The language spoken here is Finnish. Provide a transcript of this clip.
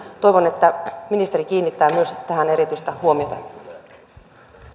toivon että ministeri kiinnittää myös tähän erityistä huomiota